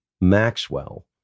Maxwell